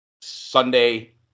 Sunday